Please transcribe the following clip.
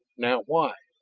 now why,